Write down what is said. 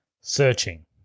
Searching